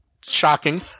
shocking